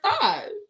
five